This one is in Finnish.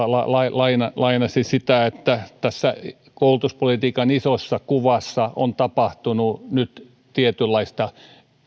lainasi lainasi sitä että tässä koulutuspolitiikan isossa kuvassa on tapahtunut nyt tietynlaista